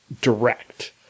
direct